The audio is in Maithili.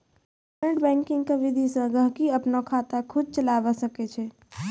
इन्टरनेट बैंकिंग के विधि से गहकि अपनो खाता खुद चलावै सकै छै